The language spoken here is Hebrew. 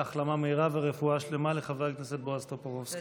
החלמה מהירה ורפואה שלמה לחבר הכנסת בועז טופורובסקי.